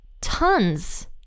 tons